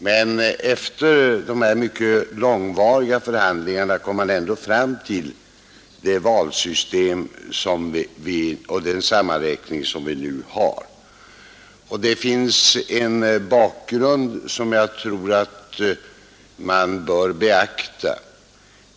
Men efter de här mycket långvariga förhandlingarna kom man ändå fram till det valsystem och den sammanräkning som vi nu har. Och det finns en bakgrund som jag tror att man bör beakta.